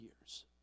years